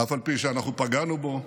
אף על פי שאנחנו פגענו בו,